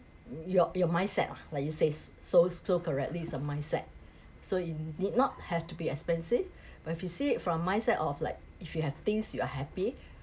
your your mindset lah like you say so so correctly is your mindset so it need not have to be expensive but if you see it from mindset of like if you have things you are happy